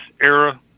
era